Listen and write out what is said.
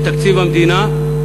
בתקציב המדינה,